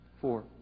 Four